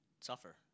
suffer